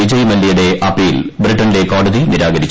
വിജയ് മലൃയുടെ അപ്പീൽ ബ്രിട്ടനിലെ കോടതി നിരാകരിച്ചു